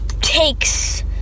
takes